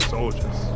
Soldiers